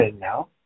now